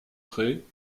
prés